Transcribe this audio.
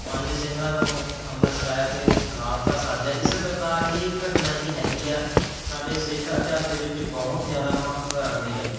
ਪੰਜ ਸਿੰਘਾਂ ਨੂੰ ਅੰਮ੍ਰਿਤ ਛਕਾਇਆ ਅਤੇ ਖਾਲਸਾ ਸਾਜਿਆ ਇਸ ਪ੍ਰਕਾਰ ਇਹ ਘਟਨਾ ਜਿਹੜੀ ਹੈਗੀ ਹੈ ਸਾਡੇ ਸਿੱਖ ਇਤਿਹਾਸ ਦੇ ਵਿੱਚ ਬਹੁਤ ਜ਼ਿਆਦਾ ਮਹੱਤਤਾ ਰੱਖਦੀ ਹੈ